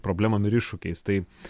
problemom ir iššūkiais tai